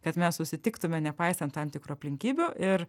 kad mes susitiktume nepaisant tam tikrų aplinkybių ir